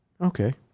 Okay